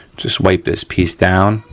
just wipe this piece down.